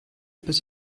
bis